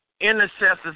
intercessors